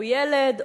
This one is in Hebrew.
או ילד,